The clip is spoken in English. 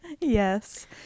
yes